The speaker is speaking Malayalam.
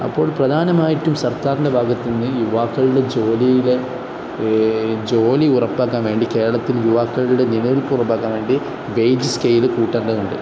അപ്പോൾ പ്രധാനമായിട്ടും സർക്കാറിൻ്റെ ഭാഗത്തു നിന്ന് യുവാക്കളുടെ ജോലിയിലെ ജോലി ഉറപ്പാക്കാൻ വേണ്ടി കേരളത്തിൽ യുവാക്കളുടെ നിലനിൽപ് ഉറപ്പാക്കാൻ വേണ്ടി വെയജ് സ്കെയില് കൂട്ടേണ്ടതുണ്ട്